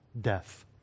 death